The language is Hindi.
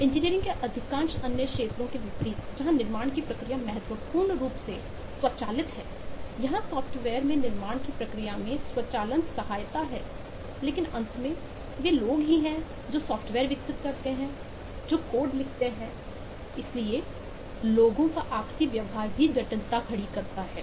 इंजीनियरिंग के अधिकांश अन्य क्षेत्रों के विपरीत जहां निर्माण की प्रक्रिया महत्वपूर्ण रूप से स्वचालित है यहाँ सॉफ्टवेयर में निर्माण की प्रक्रिया में स्वचालन सहायता है लेकिन अंत में वे लोग ही हैं जो सॉफ्टवेयर विकसित करते हैं जो कोड लिखते हैं इसलिए लोगों आपसी व्यवहार भी जटिलता खड़ी करता है